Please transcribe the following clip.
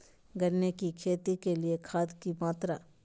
गन्ने की खेती के लिए खाद की मात्रा?